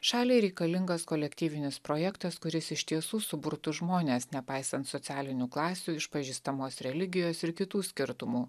šaliai reikalingas kolektyvinis projektas kuris iš tiesų suburtų žmones nepaisant socialinių klasių išpažįstamos religijos ir kitų skirtumų